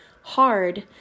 hard